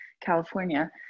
California